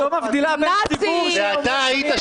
בואו נדבר